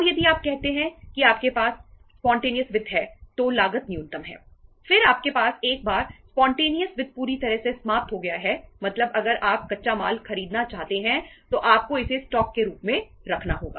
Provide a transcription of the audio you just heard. अब यदि आप कहते हैं कि आपके पास स्पॉन्टेनियस वित्त पूरी तरह से समाप्त हो गया है मतलब अगर आप कच्चा माल खरीदना चाहते हैं तो आपको इसे स्टॉक के रूप में रखना होगा